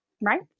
Right